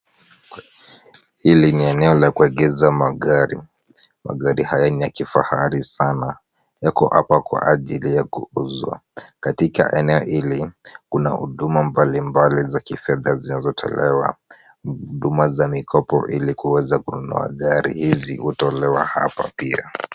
Hili ni eneo la kuegeza magari. Magari haya ni ya kifahari sana. Yako hapa kwa ajili ya kuuzwa. Katika eneo hili, kuna huduma mbalimbali za kifedha zinazotolewa. Huduma za mikopo ili kuweza kununua gari hizi, hutolewa hapa pia.